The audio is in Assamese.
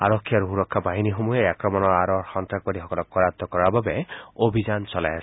আৰক্ষী আৰু সুৰক্ষা বাহিনীসমূহে এই আক্ৰমণৰ আঁৰৰ সন্তাসবাদীসকলক কৰায়ত কৰাৰ বাবে অভিযান চলাই আছে